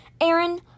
Aaron